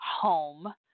home